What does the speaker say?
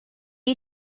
you